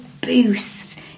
boost